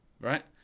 right